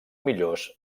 millors